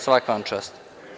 Svaka vam čast.